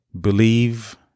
believe